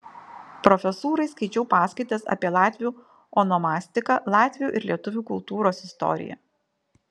profesūrai skaičiau paskaitas apie latvių onomastiką latvių ir lietuvių kultūros istoriją